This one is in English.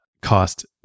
cost